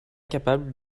capable